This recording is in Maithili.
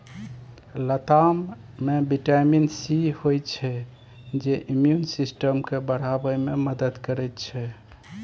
लताम मे बिटामिन सी होइ छै जे इम्युन सिस्टम केँ बढ़ाबै मे मदद करै छै